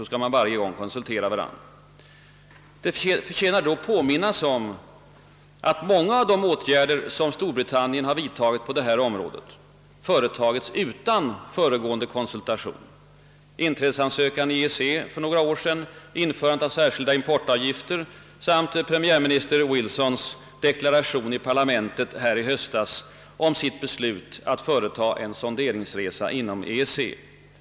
Jag vill emellertid påminna om att många av Storbritanniens åtgärder på detta område har vidtagits utan föregående konsultation — inträdesansökan i EEC för några år sedan, införandet av särskilda importavgifter samt premiärminister Wilsons deklaration i parlamentet i höstas om sitt beslut att företa en son deringsresa inom EEC.